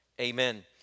amen